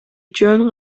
жөн